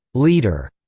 leader,